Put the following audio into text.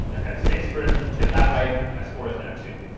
i type six, for instance, get that right, my score is now two.